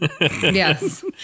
Yes